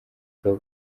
nka